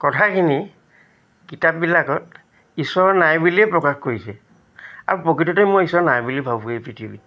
কথাখিনি কিতাপবিলাকত ঈশ্বৰ নাই বুলিয়ে প্ৰকাশ কৰিছে আৰু প্ৰকৃততে মই ঈশ্বৰ নাই বুলি ভাবোঁ এই পৃথিৱীত